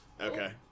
Okay